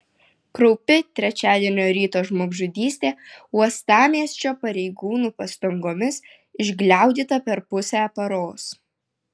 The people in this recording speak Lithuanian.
kraupi trečiadienio ryto žmogžudystė uostamiesčio pareigūnų pastangomis išgliaudyta per pusę paros